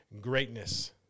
greatness